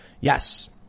Yes